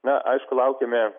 na aišku laukiame